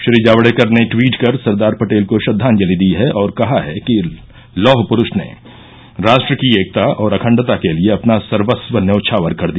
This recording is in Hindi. श्री जावड़ेकर ने ट्वीट कर सरदार पटेल को श्रद्वांजलि दी है और कहा है कि लौहपुरुष ने राष्ट्र की एकता और अखंडता के लिए अपना सर्वस्व न्यौछावर कर दिया